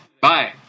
Bye